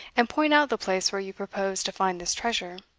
and point out the place where you propose to find this treasure.